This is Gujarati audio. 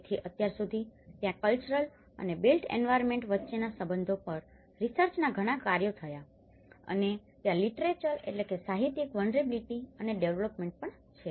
તેથી અત્યાર સુધી ત્યાં કલ્ચરલ અને બિલ્ટ એન્વાયરમેન્ટ વચ્ચેના સંબંધો પર રીસર્ચનાં ઘણાં કાર્યો થયા છે અને ત્યાં લીટરેચરliteratureસાહિત્યિક વલ્નરેબીલીટી અને ડેવેલપમેન્ટ પણ છે